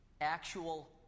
actual